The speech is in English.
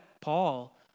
Paul